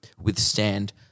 withstand